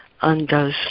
undoes